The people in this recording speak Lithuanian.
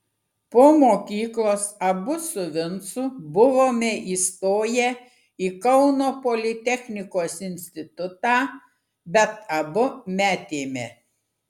po mokyklos abu su vincu buvome įstoję į kauno politechnikos institutą bet abu metėme